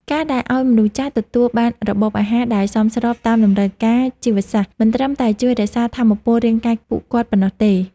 ការដែលឱ្យមនុស្សចាស់ទទួលបានរបបអាហារដែលសមស្របតាមតម្រូវការជីវសាស្ត្រ មិនត្រឹមតែជួយរក្សាថាមពលរាងកាយពួកគាត់ប៉ុណ្ណោះទេ។